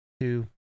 Two